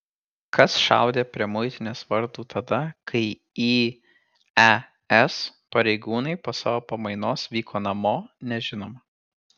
kas šaudė prie muitinės vartų tada kai į es pareigūnai po savo pamainos vyko namo nežinoma